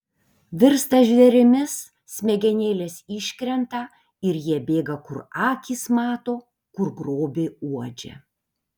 virsta žvėrimis smegenėlės iškrenta ir jie bėga kur akys mato kur grobį uodžia